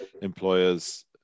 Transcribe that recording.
employers